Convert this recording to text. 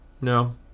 no